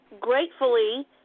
gratefully